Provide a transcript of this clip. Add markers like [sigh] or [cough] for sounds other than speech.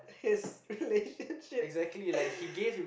his relationship [laughs]